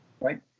right